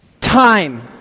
Time